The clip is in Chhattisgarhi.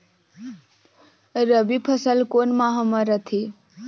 रबी फसल कोन माह म रथे?